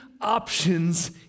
options